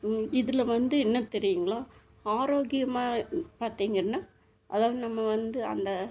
இதில் வந்து என்ன தெரியுங்களா ஆரோக்கியமாக பார்த்திங்கன்னா அதாவது நம்ம வந்து அந்த